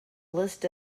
list